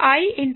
હવે